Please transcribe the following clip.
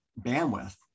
bandwidth